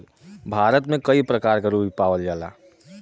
भारत में कई परकार क रुई पावल जाला